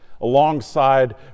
Alongside